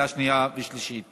מס' 4) (פיצויים בשל נזק לא ממוני והגנה על מתלונן),